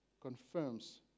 confirms